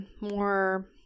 more